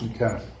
Okay